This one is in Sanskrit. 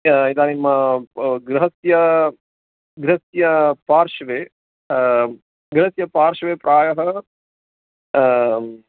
इदानीं गृहस्य गृहस्य पार्श्वे गृहस्य पार्श्वे प्रायः